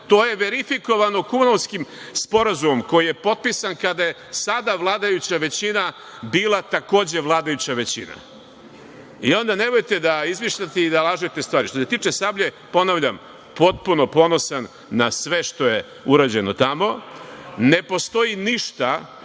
to je verifikovano Kumanovskim sporazumom, koji je potpisan kada je sada vladajuća većina bila takođe vladajuća većina. Onda nemojte da izmišljate i da lažete. Što se tiče "Sablje", ponavljam, potpuno ponosan na sve što je urađeno tamo. Ne postoji ništa